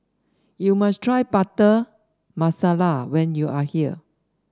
you must try Butter Masala when you are here